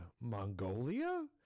Mongolia